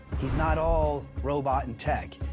he's not all robot and tech.